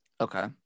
Okay